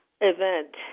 event